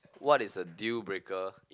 what is the dealbreaker